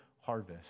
harvest